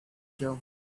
job